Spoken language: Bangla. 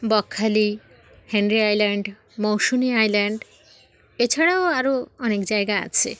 Bakkhali Henry Island Mousuni Island এছাড়াও আরও অনেক জায়গা আছে